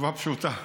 התשובה פשוטה.